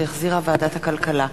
שהחזירה ועדת הכלכלה.